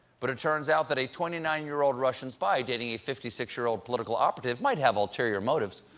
but it turns out that a twenty nine year old russian spy dating a fifty six year old political operative might have ulterior motives.